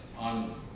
on